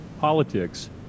politics